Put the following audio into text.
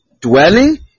dwelling